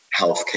healthcare